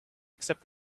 except